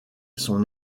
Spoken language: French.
son